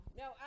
no